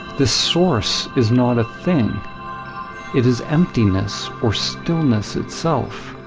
the source is not a thing it is emptiness or stillness itself.